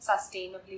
sustainably